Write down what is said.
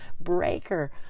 Breaker